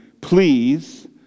please